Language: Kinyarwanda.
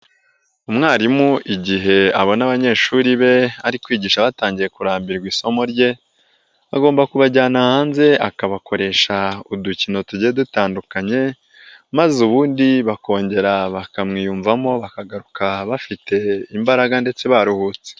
Umwarimu igihe abona abanyeshuri be ari kwigisha batangiye kurambirwa isomo rye agomba kubajyana hanze akabakoresha udukino tugiye dutandukanye maze ubundi bakongera bakamwiyumvamo bakagaruka bafite imbaraga ndetse baruhutse.